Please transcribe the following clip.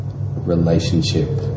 relationship